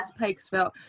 Pikesville